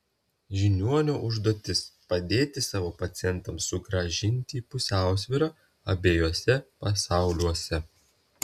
žiniuonio užduotis padėti savo pacientams sugrąžinti pusiausvyrą abiejuose pasauliuose